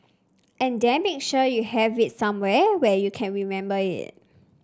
and then make sure you have it somewhere where you can remember it